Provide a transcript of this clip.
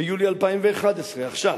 ביולי 2011, עכשיו,